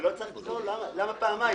למה פעמיים?